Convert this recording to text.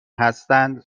هستند